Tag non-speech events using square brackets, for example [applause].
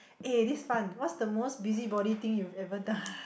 eh this fun what's the most busybody thing you've ever done [laughs]